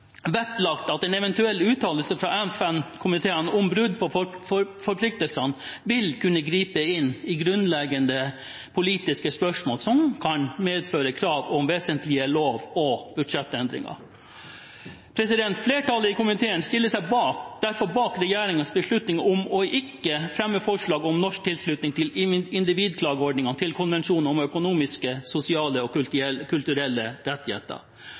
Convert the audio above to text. vektlagt at en eventuell uttalelse fra FN-komiteen om brudd på forpliktelsene vil kunne gripe inn i grunnleggende politiske spørsmål som kan medføre krav om vesentlige lov- og budsjettendringer. Flertallet i komiteen stiller seg derfor bak regjeringens beslutning om ikke å fremme forslag om norsk tilslutning til individklageordningen til konvensjonen om økonomiske, sosiale og kulturelle rettigheter.